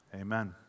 Amen